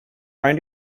trying